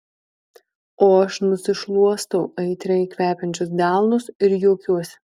o aš nusišluostau aitriai kvepiančius delnus ir juokiuosi